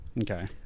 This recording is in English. Okay